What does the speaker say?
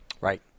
Right